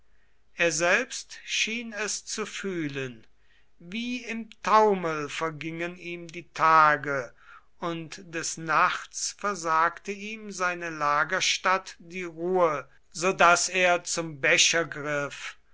er selbst schien es zu fühlen wie im taumel vergingen ihm die tage und des nachts versagte ihm seine lagerstatt die ruhe so daß er zum becher griff